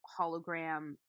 hologram